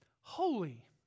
holy